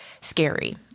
scary